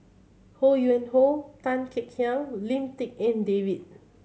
Ho Yuen Hoe Tan Kek Hiang Lim Tik En David